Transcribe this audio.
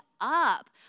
up